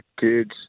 kids